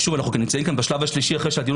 ואנו נמצאים בשלב השלישי אחרי שהדיון